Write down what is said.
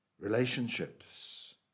relationships